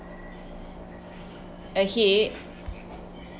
ahead